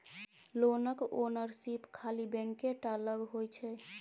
लोनक ओनरशिप खाली बैंके टा लग होइ छै